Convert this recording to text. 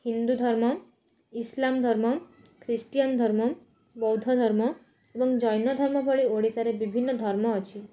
ହିନ୍ଦୁଧର୍ମ ଇସଲାମଧର୍ମ ଖ୍ରୀଷ୍ଟିଆନଧର୍ମ ବୌଦ୍ଧଧର୍ମ ଏବଂ ଜୈନଧର୍ମ ଭଳି ଓଡ଼ିଶାରେ ବିଭିନ୍ନ ଧର୍ମ ଅଛି